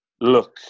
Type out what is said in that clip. look